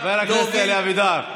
חבר הכנסת אלי אבידר,